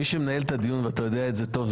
מי שמנהל את הדיון ואתה יודע את זה טוב,